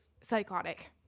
psychotic